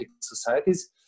societies